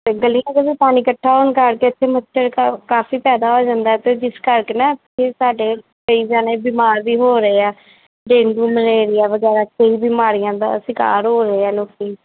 ਅਤੇ ਗਲੀਆਂ 'ਚ ਵੀ ਪਾਣੀ ਇਕੱਠਾ ਹੋਣ ਕਰਕੇ ਇੱਥੇ ਮੱਛਰ ਕ ਕਾਫੀ ਪੈਦਾ ਹੋ ਜਾਂਦਾ ਅਤੇ ਜਿਸ ਕਰਕੇ ਨਾ ਫਿਰ ਸਾਡੇ ਕਈ ਜਣੇ ਬਿਮਾਰ ਵੀ ਹੋ ਰਹੇ ਆ ਡੇਂਗੂ ਮਲੇਰੀਆ ਵਗੈਰਾ ਕਈ ਬਿਮਾਰੀਆਂ ਦਾ ਸ਼ਿਕਾਰ ਹੋ ਰਹੇ ਆ ਲੋਕ